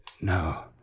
No